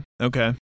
Okay